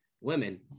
Women